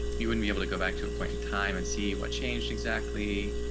you wouldn't be able to go back to a point in time and see what changed. exactly.